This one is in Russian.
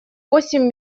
восемь